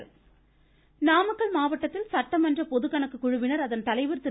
துரைமுருகன் நாமக்கல் மாவட்டத்தில் சட்டமன்ற பொதுக்கணக்கு குழுவினர் அதன் தலைவர் திரு